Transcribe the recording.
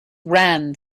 ran